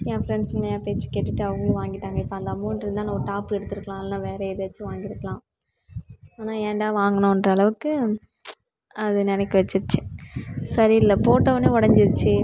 என் ஃப்ரெண்ட்ஸுங்க என் பேச்சை கேட்டுகிட்டு அவங்களும் வாங்கிட்டாங்க இப்போ அந்த அமௌண்ட் இருந்தால் நான் ஒரு டாப் எடுத்திருக்கலாம் இல்லை வேறு ஏதாச்சும் வாங்கியிருக்கலாம் ஆனால் ஏன்டா வாங்கினோன்ற அளவுக்கு அது நினைக்க வச்சிட்சு சரியில்லை போட்டோடனே உடஞ்சிருச்சி